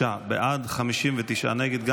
46 בעד, 59 נגד.